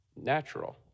natural